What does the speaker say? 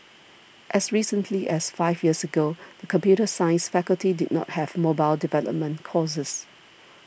as recently as five years ago the computer science faculty did not have mobile development courses